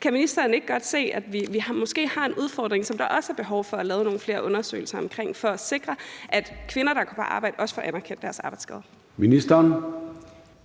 Kan ministeren ikke godt se, at vi måske har en udfordring, som der også er behov for at få lavet nogle flere undersøgelser omkring for at sikre, at kvinder, der går på arbejde, også får anerkendt deres arbejdsskade?